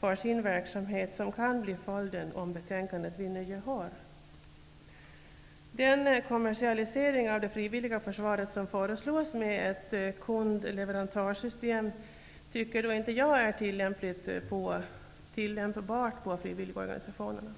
för sin verksamhet som kan bli följden om betänkandet vinner gehör. Den kommersialisering av det frivilliga försvaret som föreslås med ett kund/leverantörssystem är inte tillämpbart på frivilligorganisationerna.